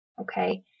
Okay